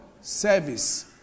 service